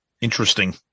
Interesting